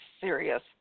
serious